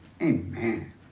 Amen